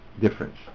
difference